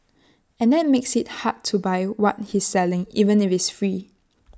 and that makes IT hard to buy what he's selling even if it's free